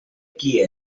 qui